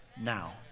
now